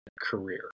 career